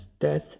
death